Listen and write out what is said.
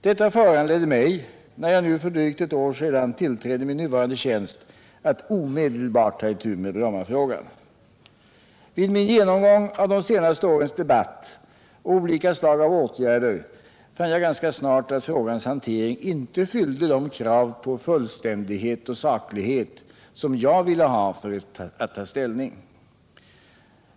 Detta föranledde mig, när jag nu för drygt ett år sedan tillträdde min nuvarande tjänst, att omedelbart ta itu med Brommafrågan. Vid min genomgång av de senaste årens debatt och olika slag av åtgärder fann jag ganska snart att frågans hantering inte fyllde de krav på fullständighet och saklighet som jag vill ha för att ta ställning.